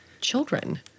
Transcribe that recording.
children